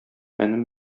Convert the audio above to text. энем